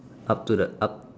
up to the up